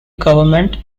government